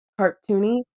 cartoony